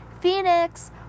Phoenix